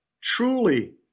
truly